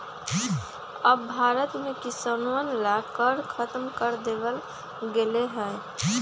अब भारत में किसनवन ला कर खत्म कर देवल गेले है